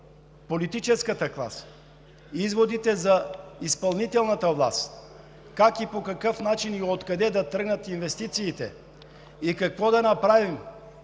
политическата класа, за изпълнителната власт – как и по какъв начин, откъде да тръгнат инвестициите и какво да направим,